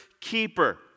keeper